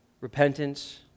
Repentance